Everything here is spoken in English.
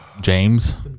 James